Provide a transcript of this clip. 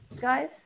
guys